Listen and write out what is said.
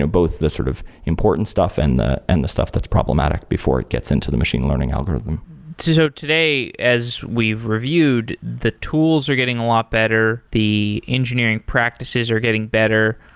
ah both the sort of important stuff and the and the stuff that's problematic before it gets into the machine learning algorithm so today as we've reviewed, the tools are getting a lot better, the engineering practices are getting better.